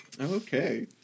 Okay